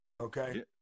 okay